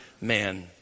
man